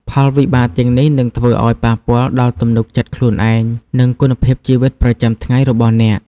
ផលវិបាកទាំងនេះនឹងធ្វើឱ្យប៉ះពាល់ដល់ទំនុកចិត្តខ្លួនឯង និងគុណភាពជីវិតប្រចាំថ្ងៃរបស់អ្នក។